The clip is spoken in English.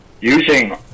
using